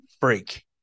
freak